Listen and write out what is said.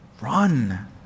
Run